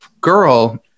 girl